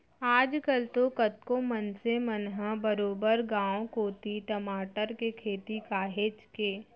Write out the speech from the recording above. आज कल तो कतको मनसे मन ह बरोबर गांव कोती टमाटर के खेती काहेच के